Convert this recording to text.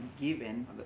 given